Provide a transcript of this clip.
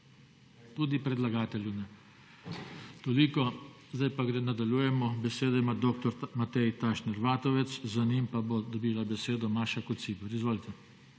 tudi predlagatelju ne. Toliko. Zdaj pa nadaljujemo. Besedo ima dr. Matej Tašner Vatovec. Za njim pa bo dobila besedo Maša Kociper. Izvolite.